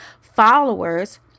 followers